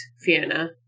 Fiona